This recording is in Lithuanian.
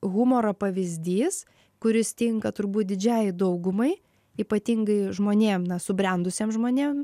humoro pavyzdys kuris tinka turbūt didžiajai daugumai ypatingai žmonėm na subrendusiem žmonėm